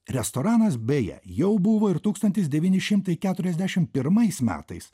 restoranas beje jau buvo ir tūkstantsi devyni šimtai keturiasdešim pirmais metais